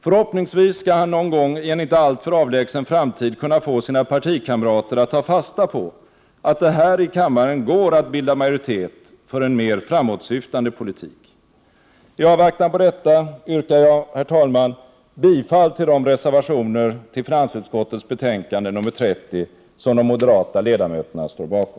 Förhoppningsvis skall han någon gång i en inte alltför avlägsen framtid kunna få sina partikamrater att ta fasta på att det här i kammaren går att bilda majoritet för en mer framåtsyftande politik. I avvaktan på detta yrkar jag, herr talman, bifall till de reservationer till finansutskottets betänkande nr 30 som de moderata ledamöterna står bakom.